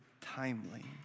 timely